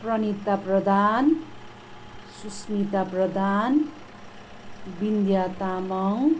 Pranita Pradhan Susmita Pradhan Vindhya Tamang